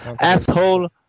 Asshole